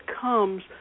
comes